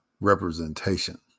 representation